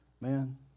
Man